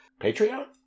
Patreon